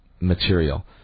material